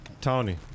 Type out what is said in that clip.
Tony